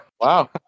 Wow